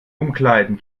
umkleiden